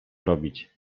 robić